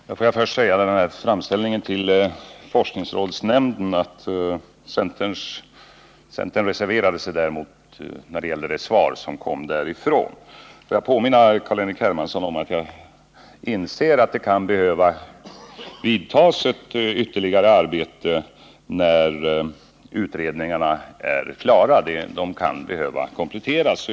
Herr talman! Får jag först säga om framställningen till nämnden för energiproduktionsforskning att centern reserverade sig mot det svar som kom därifrån. Låt mig sedan påminna Carl-Henrik Hermansson om att jag inser att ytterligare arbete kan behöva utföras när utredningarna blivit klara — de kan behöva kompletteras.